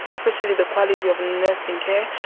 especially the quality of nursing care,